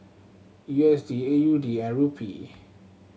U S D A U D and Rupee